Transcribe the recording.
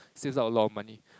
saves up a lot of money